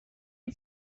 and